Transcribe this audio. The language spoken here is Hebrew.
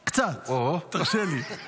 קצת, תרשה לי.